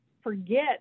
forget